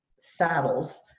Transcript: saddles